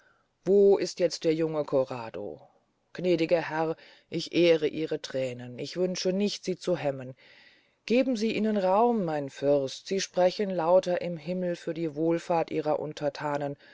wo ist jetzt der junge corrado gnädiger herr ich ehre ihre thränen ich wünsche nicht sie zu hemmen geben sie ihnen raum mein fürst sie sprechen lauter im himmel für die wohlfahrt ihrer unterthanen